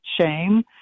shame